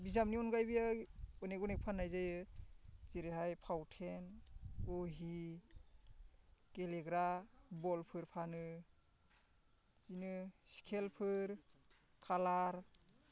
बिजाबनि अनगायैबो अनेक अनेक फाननाय जायो जेरैहाय फावथेन बहि गेलेग्रा बलफोर फानो बिदिनो स्केलफोर कालार